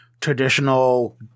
traditional –